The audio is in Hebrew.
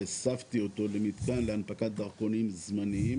והסבתי אותו למתקן להנפקת דרכונים זמניים